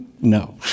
No